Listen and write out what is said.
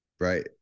Right